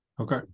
Okay